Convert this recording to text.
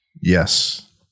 Yes